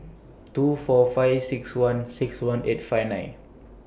two four five six one six one eight five nine